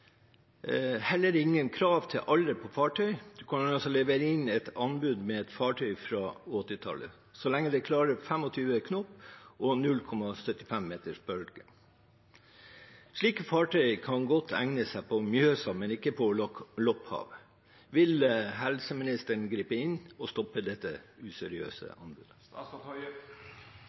heller ingen krav til alder på fartøy. Du kan altså levere inn anbud med et fartøy fra 80-tallet, så lenge det klarer 25 knop i 0,75 meters bølger. Slike fartøy kan godt egne seg på Mjøsa, men ikke på Lopphavet. Vil statsråden gripe inn og stoppe dette useriøse anbudet?»